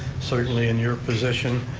certainly in your position,